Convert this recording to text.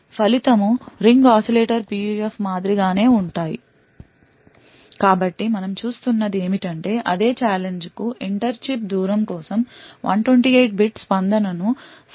కాబట్టి ఫలితము ring oscillator PUF మాదిరిగానే ఉంటాయి కాబట్టి మనం చూస్తున్నది ఏమిటంటే అదే ఛాలెంజ్ కు ఇంటర్ చిప్ దూరం కోసం 128 bit స్పందన సగటున 64 ఉంటుంది